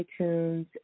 iTunes